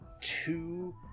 two